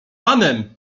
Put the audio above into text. panem